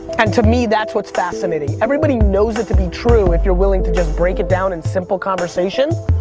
and to me, that's what's fascinating. everybody knows it to be true if you're willing to just break it down in simple conversation.